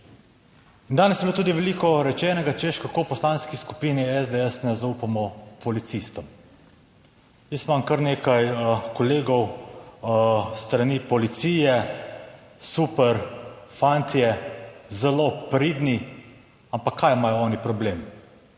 danes je bilo tudi veliko rečenega, češ kako v Poslanski skupini SDS ne zaupamo policistom. Jaz imam kar nekaj kolegov s strani policije, super fantje, zelo pridni, ampak kaj imajo oni problem?